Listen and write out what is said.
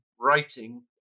writing